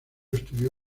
estudió